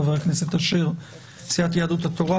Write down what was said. חבר הכנסת אשר מסיעת יהדות התורה,